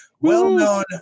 well-known